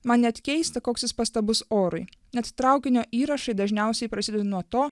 man net keista koks jis pastabus orui net traukinio įrašai dažniausiai prasideda nuo to